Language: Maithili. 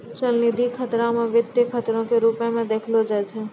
चलनिधि खतरा के वित्तीय खतरो के रुपो मे देखलो जाय छै